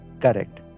Correct